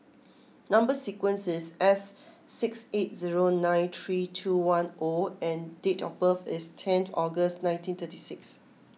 Number Sequence is S six eight zero nine three two one O and date of birth is tenth August nineteen thirty six